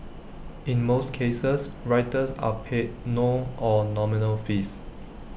in most cases writers are paid no or nominal fees